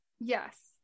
yes